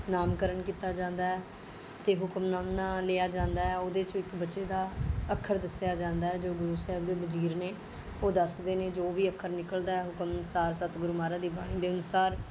ਨਾਮਕਰਨ ਕੀਤਾ ਜਾਂਦਾ ਹੈ ਅਤੇ ਹੁਕਮਨਾਮਾ ਲਿਆ ਜਾਂਦਾ ਹੈ ਓਹਦੇ 'ਚੋਂ ਇੱਕ ਬੱਚੇ ਦਾ ਅੱਖਰ ਦੱਸਿਆ ਜਾਂਦਾ ਹੈ ਜੋ ਗੁਰੂ ਸਾਹਿਬ ਦੇ ਵਜ਼ੀਰ ਨੇ ਉਹ ਦੱਸਦੇ ਨੇ ਜੋ ਵੀ ਅੱਖਰ ਨਿਕਲਦਾ ਹੈ ਹੁਕਮ ਅਨੁਸਾਰ ਸਤਿਗੁਰ ਮਹਾਰਾਜ ਦੀ ਬਾਣੀ ਦੇ ਅਨੁਸਾਰ